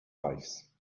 reichs